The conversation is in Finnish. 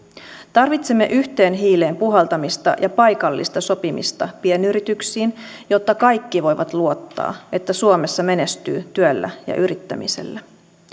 tarvitsemme yhteen hiileen puhaltamista ja paikallista sopimista pienyrityksiin jotta kaikki voivat luottaa siihen että suomessa menestyy työllä ja yrittämisellä